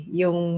yung